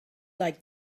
like